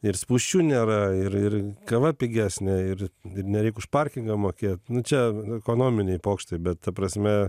ir spūsčių nėra ir ir kava pigesnė ir ir nereik už parkingą mokėt nu čia ekonominiai pokštai bet ta prasme